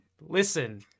Listen